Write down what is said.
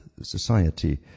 society